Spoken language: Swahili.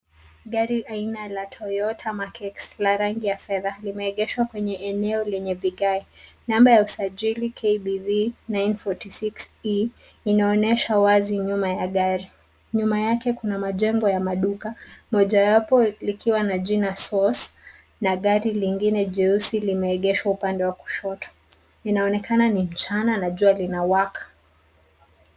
Gari aina la Toyoya Mark X la rangi ya fedha limeegeshwa kwenye eneo lenye vigae. Namba ya usajili KBV 946E inaonesha wazi nyuma ya gari. Nyuma yake kuna majengo ya maduka moja yapo likiwa na jina Source na gari lingine jeusi limeegeshwa upande wa kushoto. Inaonekana ni mchana na jua lina waka.